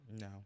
No